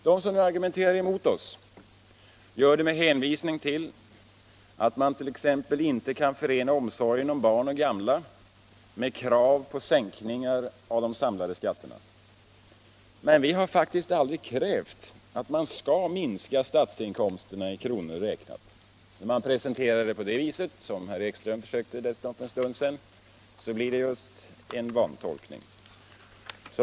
De som argumenterar mot oss gör det med hänvisning till att man t.ex. inte kan förena omsorgen om barn och gamla med krav på sänkningar av de samlade skatterna. Men vi har faktiskt aldrig krävt att statsinkomsterna skall minskas i kronor räknat. Om man presenterar det på det sättet, som herr Ekström gjorde för en stund sedan, blir det just en vantolkning.